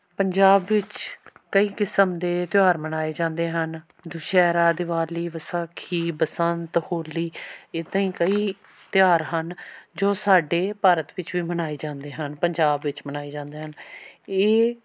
ਪੰਜਾਬ ਵਿੱਚ ਕਈ ਕਿਸਮ ਦੇ ਤਿਉਹਾਰ ਮਨਾਏ ਜਾਂਦੇ ਹਨ ਦੁਸਹਿਰਾ ਦਿਵਾਲੀ ਵਿਸਾਖੀ ਬਸੰਤ ਹੋਲੀ ਇੱਦਾਂ ਹੀ ਕਈ ਤਿਉਹਾਰ ਹਨ ਜੋ ਸਾਡੇ ਭਾਰਤ ਵਿੱਚ ਵੀ ਮਨਾਏ ਜਾਂਦੇ ਹਨ ਪੰਜਾਬ ਵਿੱਚ ਮਨਾਏ ਜਾਂਦੇ ਹਨ ਇਹ